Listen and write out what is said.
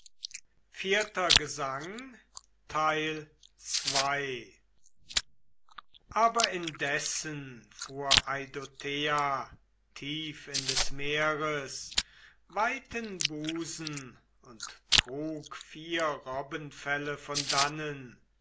stärke aber indessen fuhr eidothea tief in des meeres weiten busen und trug vier robbenfelle von dannen